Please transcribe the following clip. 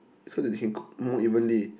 so that they can cook more evenly